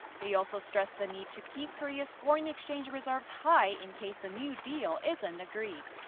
they also stressed the need to keep korea's foreign exchange reserves high in case a new deal isn't agreed.